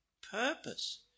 purpose